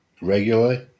regularly